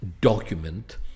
document